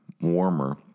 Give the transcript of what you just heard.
warmer